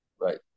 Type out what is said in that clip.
Right